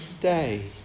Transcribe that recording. day